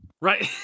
right